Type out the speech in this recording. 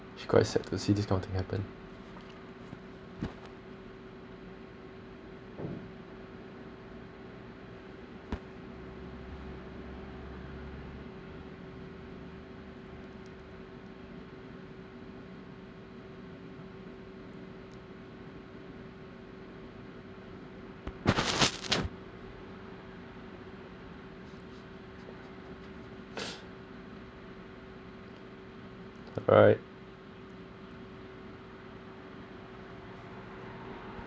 actually quite sad to see this kind of thing happen right